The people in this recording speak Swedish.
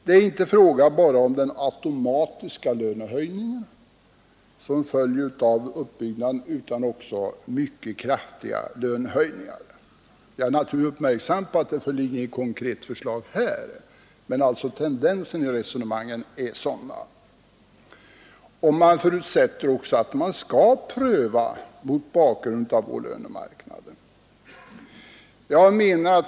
Det är inte bara fråga om den automatiska lönehöjning som följer av systemets uppbyggnad utan också om en mycket kraftig lyftning dessutom. Jag är naturligtvis medveten om att det inte föreligger något konkret förslag, men tendensen i resonemanget är sådan. Man förutsätter också att frågan skall prövas mot bakgrund av lönemarknaden.